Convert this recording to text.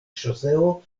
ŝoseo